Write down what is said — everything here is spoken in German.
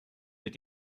mit